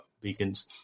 beacons